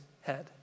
head